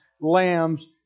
lambs